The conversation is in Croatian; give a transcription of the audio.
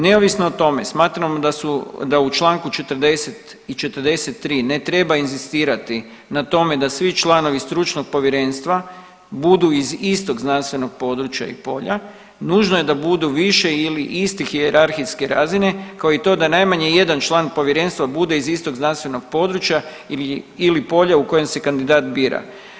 Neovisno o tome smatramo da u čl. 40. i 43. ne treba inzistirati na tome da svi članovi stručnog povjerenstva budu iz istog znanstvenog područja i polja, nužno je da budu više ili iste hijerarhijske razine kao i to da najmanje jedan član povjerenstva bude iz istog znanstvenog područja ili polja u kojem se kandidat bira.